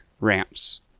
ramps